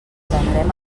atendrem